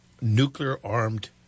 nuclear-armed